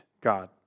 God